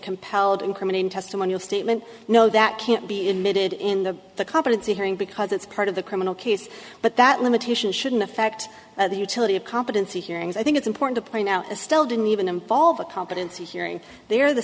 compelled incriminating testimony of statement no that can't be emitted in the competency hearing because it's part of the criminal case but that limitation shouldn't affect the utility of competency hearings i think it's important to point out it still didn't even involve a competency hearing there the